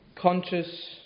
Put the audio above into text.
conscious